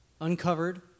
uncovered